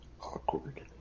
awkward